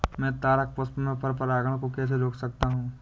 मैं तारक पुष्प में पर परागण को कैसे रोक सकता हूँ?